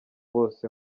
bose